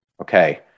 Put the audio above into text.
Okay